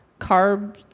Carbs